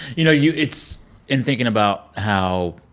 you know, you it's in thinking about how